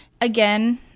again